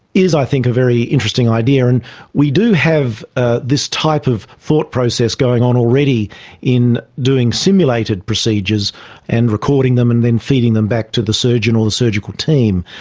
is i think a very interesting idea. and we do have ah this type of thought process going on already in doing simulated procedures and recording them and then feeding them back to the surgeon or the surgical team.